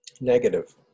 negative